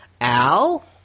al